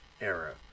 era